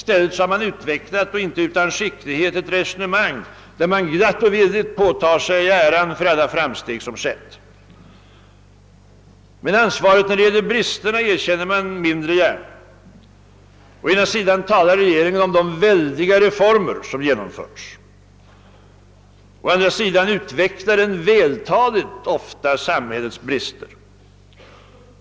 I stället har man utvecklat, inte utan en viss skicklighet, ett resonemang där man glatt och villigt påtar sig äran för alla framsteg som skett. Men ansvaret för bristerna erkänner man ogärna. Å ena sidan talar regeringen om de väldiga reformer som genomförts, å andra sidan utvecklar den vältaligt samhällets brister.